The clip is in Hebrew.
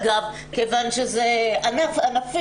אגב, כיוון שזה ענפי.